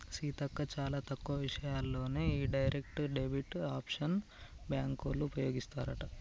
సీతక్క చాలా తక్కువ విషయాల్లోనే ఈ డైరెక్ట్ డెబిట్ ఆప్షన్ బ్యాంకోళ్ళు ఉపయోగిస్తారట